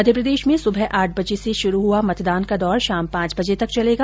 मध्यप्रदेश में सुबह आठ बजे से श्रू हुआ मतदान का दौर शाम पांच बजे तक चलेगा